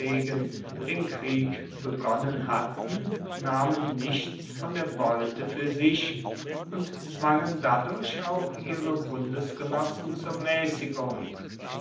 den krieg begonnen hatten nahmen nichts von der beute fuer sich und zwangen dadurch auch ihre bundesgenossen zur